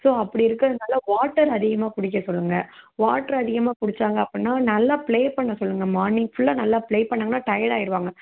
so அப்படி இருக்கிறனால water அதிகமாக குடிக்க சொல்லுங்கள் வாட்ரு அதிகமாக குடிச்சாங்க அப்படின்னா நல்லா ப்ளே பண்ண சொல்லுங்கள் மார்னிங் ஃபுல்லாக நல்லா ப்ளே பண்ணாங்கன்னா டயட் ஆயிருவாங்க